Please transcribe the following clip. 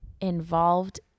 involved